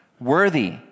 worthy